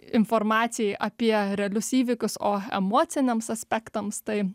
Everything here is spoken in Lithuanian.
informacijai apie realius įvykius o emociniams aspektams tai